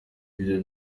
ibyo